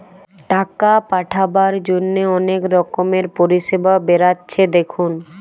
টাকা পাঠাবার জন্যে অনেক রকমের পরিষেবা বেরাচ্ছে দেখুন